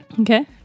Okay